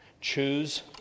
Choose